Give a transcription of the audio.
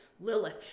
Lilith